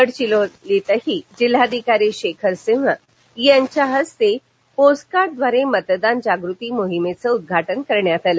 गडचिरोलीतही जिल्हधिकारी शेखर सिंह यांच्या हस्ते पोस्टकार्डद्वारे मतदान जागृती मोहिमेचं उद्घाटन करण्यात आलं